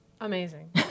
Amazing